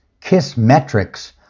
Kissmetrics